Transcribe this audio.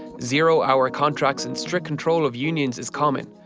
zero hour contracts and strict control of unions is common.